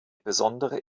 besondere